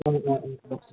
অঁ অঁ অঁ অঁ